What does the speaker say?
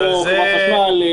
כמו חברת החשמל,